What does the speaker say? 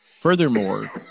Furthermore